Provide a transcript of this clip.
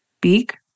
beak